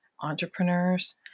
entrepreneurs